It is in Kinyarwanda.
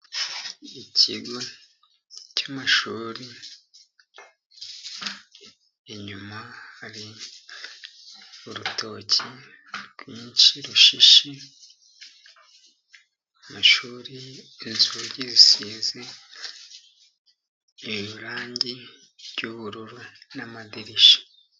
Ikigo cy'amashuri, inyuma hari urutoki rwinshi rushishe. Amashuri, inzugi zisize irangi ry'ubururu n'amadirishya.